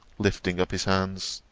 lifting up his hands.